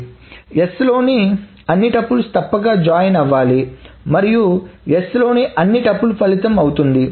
s లోని అన్ని tuples తప్పక జాయిన్ అవ్వాలి మరియు s లోని అన్ని టుపుల్స్ ఫలితం అవుతుంది